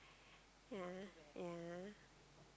yeah yeah